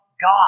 God